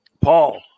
Paul